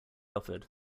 offered